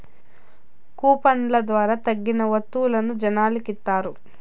కూపన్ల ద్వారా తగిలిన వత్తువులను జనాలకి ఇత్తారు